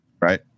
right